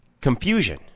confusion